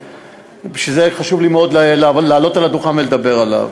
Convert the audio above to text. ובשביל זה חשוב לי מאוד לעלות לדוכן ולדבר עליו.